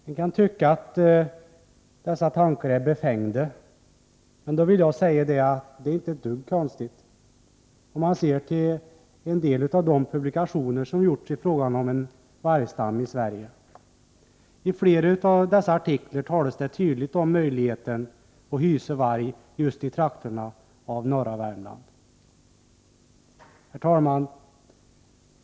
Det kan tyckas att dessa tankar är befängda, men jag vill säga att de inte alls är orimliga, med tanke på artiklar som förekommit i en del publikationer i frågan om en vargstam i Sverige. I flera av dessa artiklar talas det tydligt om möjligheten att hysa varg just i trakterna av norra Värmland. Herr talman!